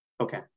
Okay